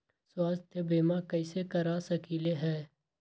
स्वाथ्य बीमा कैसे करा सकीले है?